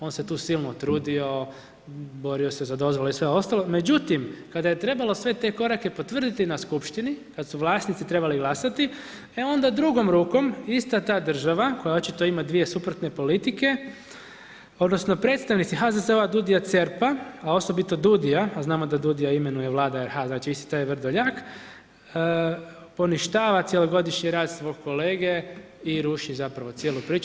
On se tu silno trudio, borio se za dozvole i sve ostalo, međutim kada je trebalo sve te korake potvrditi na skupštini, kad su vlasnici trebali glasati, e onda drugom rukom ista ta država koja očito ima suprotne politike, odnosno predstavnici HZZO-a, DUUDI-aj, CERP-a a osobito DUUDI-ja jer znamo da DUUDI-ja imenuje Vlada RH, znači isti taj Vrdoljak, poništava cjelogodišnji rad svog kolege i ruši zapravo cijelu priču.